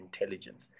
intelligence